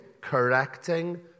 correcting